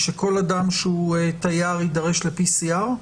שכל אדם שהוא תייר יידרש ל-PCR?